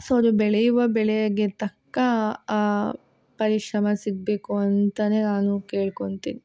so ನೀವು ಬೆಳೆಯುವ ಬೆಳೆಗೆ ತಕ್ಕ ಪರಿಶ್ರಮ ಸಿಗಬೇಕು ಅಂತಲೇ ನಾನು ಕೇಳ್ಕೊತಿನ್